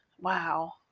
Wow